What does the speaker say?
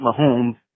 Mahomes